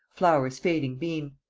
flowers fading been,